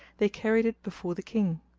they carried it before the king.